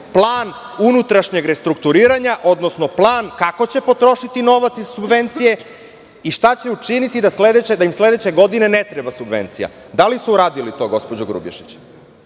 plan unutrašnjeg restrukturiranja, odnosno plan kako će potrošiti novac za subvencije i šta će učiniti da im sledeće godine ne treba subvencija. Da li su uradili to, gospođo Grubješić?